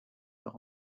leur